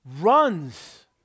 runs